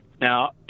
Now